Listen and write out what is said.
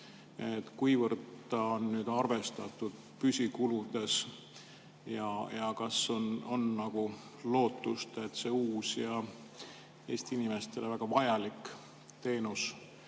on seda arvestatud püsikuludes ja kas on lootust, et see uus ja Eesti inimestele väga vajalik teenus